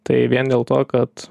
tai vien dėl to kad